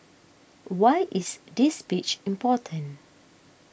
why is this speech important